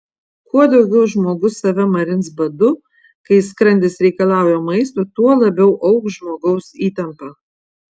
kuo daugiau žmogus save marins badu kai skrandis reikalauja maisto tuo labiau augs žmogaus įtampa